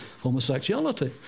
homosexuality